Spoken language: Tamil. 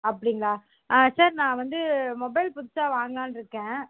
அப்படிங்களா ஆ சார் நான் வந்து மொபைல் புதுசாக வாங்கலான்னு இருக்கேன்